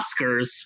Oscars